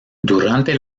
durante